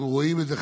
אנחנו רואים את זה,